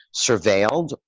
surveilled